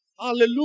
Hallelujah